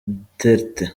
duterte